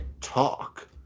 talk